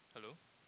hello